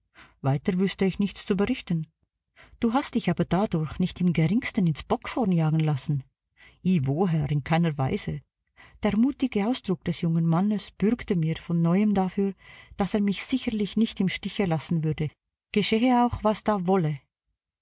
weiter wüßte ich nichts zu berichten du hast dich aber dadurch nicht im geringsten ins bockshorn jagen lassen i wo herr in keiner weise der mutige ausdruck des jungen mannes bürgte mir von neuem dafür daß er mich sicherlich nicht im stiche lassen würde geschehe auch was da wolle